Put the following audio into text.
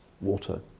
water